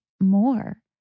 More